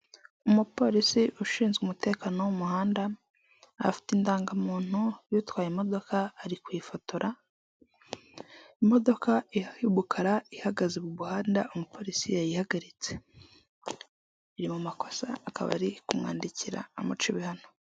Umupolisi ushinzwe umutekano wo mu umuhanda afite indangamuntuy'utwaye imodoka ari kuyifotora imodoka y'umukara ihagaze mu muhanda umupolisi yayihagaritse iri mu makosa akaba ari kumwandikira amuca ibihano.